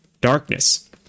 darkness